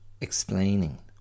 explaining